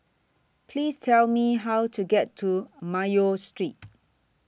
Please Tell Me How to get to Mayo Street